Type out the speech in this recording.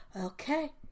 Okay